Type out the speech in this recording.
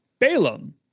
Balaam